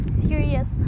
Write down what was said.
serious